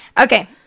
Okay